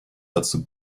dazu